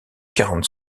quarante